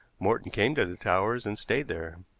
morton came to the towers and stayed there.